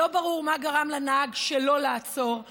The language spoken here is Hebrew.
שלא ברור מה גרם לנהג שלא לעצור,